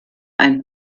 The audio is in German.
ein